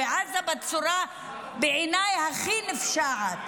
בעיניי בעזה בצורה הכי נפשעת,